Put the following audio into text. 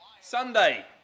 Sunday